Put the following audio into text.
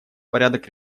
порядок